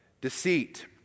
deceit